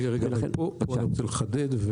רגע, פה אני רוצה לחדד.